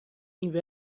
این